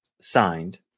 signed